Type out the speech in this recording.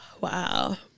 Wow